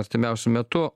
artimiausiu metu